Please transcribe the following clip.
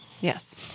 Yes